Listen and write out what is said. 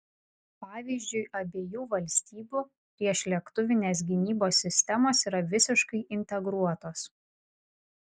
pavyzdžiui abiejų valstybių priešlėktuvinės gynybos sistemos yra visiškai integruotos